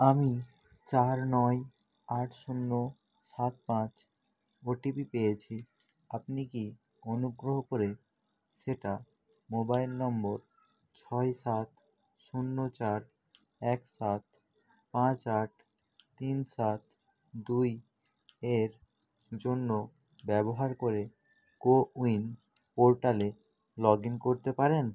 আমি চার নয় আট শূন্য সাত পাঁচ ও টি পি পেয়েছি আপনি কি অনুগ্রহ করে সেটা মোবাইল নম্বর ছয় সাত শূন্য চার এক সাত পাঁচ আট তিন সাত দুই এর জন্য ব্যবহার করে কোউইন পোর্টালে লগ ইন করতে পারেন